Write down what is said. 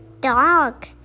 dog